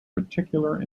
particular